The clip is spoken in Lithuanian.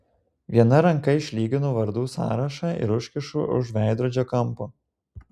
viena ranka išlyginu vardų sąrašą ir užkišu už veidrodžio kampo